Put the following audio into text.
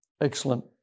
Excellent